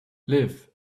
live